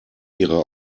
ihre